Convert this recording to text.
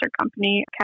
company